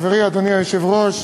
חברי אדוני היושב-ראש,